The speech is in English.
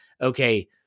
okay